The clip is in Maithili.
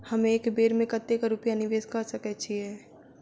हम एक बेर मे कतेक रूपया निवेश कऽ सकैत छीयै?